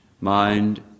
mind